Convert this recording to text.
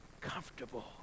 comfortable